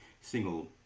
single